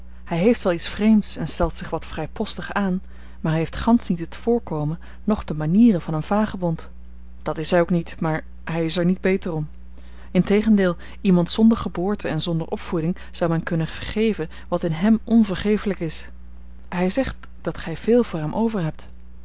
hij heeft wel iets vreemds en stelt zich wat vrijpostig aan maar hij heeft gansch niet het voorkomen noch de manieren van een vagebond dat is hij ook niet maar hij is er niet beter om integendeel iemand zonder geboorte en zonder opvoeding zou men kunnen vergeven wat in hem onvergeeflijk is hij zegt dat gij veel voor hem over hebt